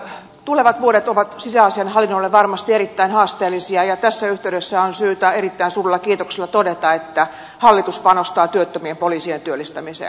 tulevat vuodet ovat sisäasiainhallinnolle varmasti erittäin haasteellisia ja tässä yhteydessä on syytä erittäin suurella kiitoksella todeta että hallitus panostaa työttömien poliisien työllistämiseen